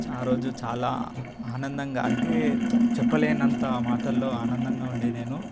ఆరోజు చాలా ఆనందంగా అంటే చెప్పలేనంత మాటల్లో ఆనందంగా ఉండే నేను